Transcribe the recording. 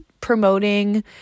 promoting